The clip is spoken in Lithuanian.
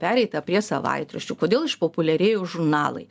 pereita prie savaitraščių kodėl išpopuliarėjo žurnalai